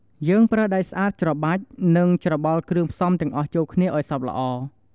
យើងប្រើដៃស្អាតច្របាច់ និងច្របល់គ្រឿងផ្សំទាំងអស់ចូលគ្នាឱ្យសព្វល្អ។